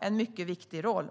en mycket viktig roll.